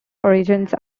origins